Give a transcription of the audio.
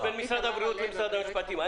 בין משרד הבריאות למשרד המשפטים.